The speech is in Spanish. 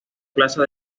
plaza